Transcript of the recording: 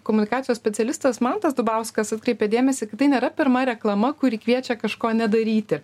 komunikacijos specialistas mantas dubauskas atkreipė dėmesį kad tai nėra pirma reklama kuri kviečia kažko nedaryti